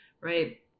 right